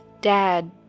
dad